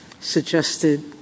suggested